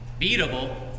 beatable